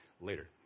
later